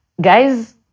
guys